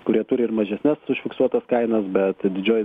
kurie turi ir mažesnes užfiksuotas kainas bet didžioji